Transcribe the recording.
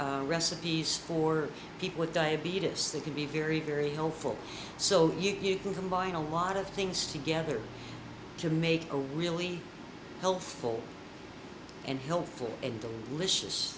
and recipes for people with diabetes that can be very very helpful so you can combine a lot of things together to make a really helpful and helpful and licious